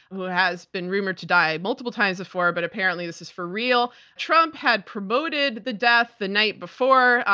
who has been rumored to die multiple times before, but apparently this is for real. trump had promoted the death the night before,